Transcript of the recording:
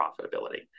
profitability